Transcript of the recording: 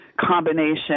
combination